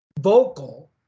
vocal